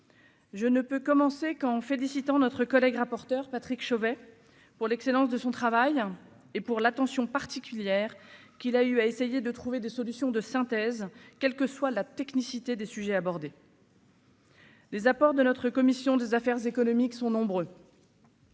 Je ne peux commencer qu'en félicitant notre collègue rapporteur Patrick Chauvet pour l'excellence de son travail et pour l'attention particulière qu'il a eu à essayer de trouver des solutions de synthèse, quelle que soit la technicité des sujets abordés. Les apports de notre commission des affaires économiques sont nombreux.